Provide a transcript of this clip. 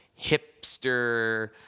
hipster